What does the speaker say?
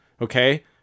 okay